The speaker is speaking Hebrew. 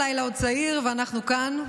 הלילה עוד צעיר ואנחנו כאן,